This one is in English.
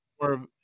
more